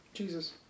Jesus